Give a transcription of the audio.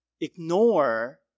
ignore